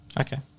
Okay